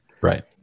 right